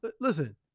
listen